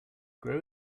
grow